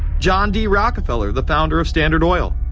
john d. rockefeller the founder of standard oil,